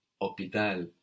Hospital